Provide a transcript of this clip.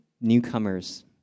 newcomers